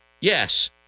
Yes